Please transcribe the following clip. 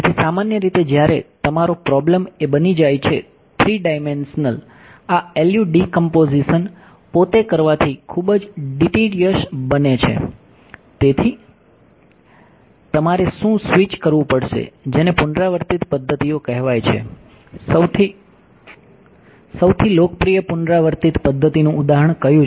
તેથી સામાન્ય રીતે જ્યારે તમારો પ્રોબ્લેમ પદ્ધતિનું ઉદાહરણ કયું છે